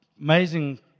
amazing